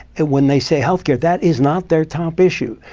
when they say health care, that is not their top issue.